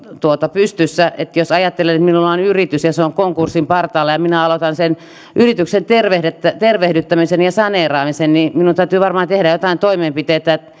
pystyssä jos ajattelee että minulla on yritys ja se on konkurssin partaalla ja minä aloitan sen yrityksen tervehdyttämisen tervehdyttämisen ja saneeraamisen niin minun täytyy varmaan tehdä joitain toimenpiteitä